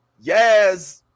yes